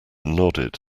nodded